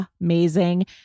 amazing